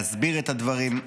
להסביר את הדברים,